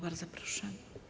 Bardzo proszę.